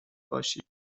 باشی